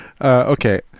Okay